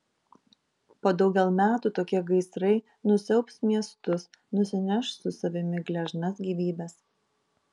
po daugel metų tokie gaisrai nusiaubs miestus nusineš su savimi gležnas gyvybes